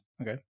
Okay